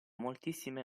moltissime